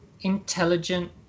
intelligent